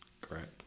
correct